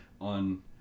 on